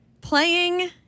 Playing